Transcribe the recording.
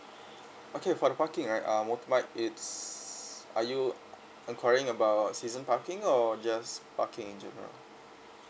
okay for the parking right uh most like it's are you enquiring about season parking or just parking in general